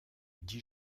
dix